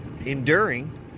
enduring